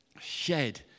shed